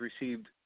received